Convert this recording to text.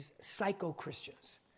psycho-Christians